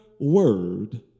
word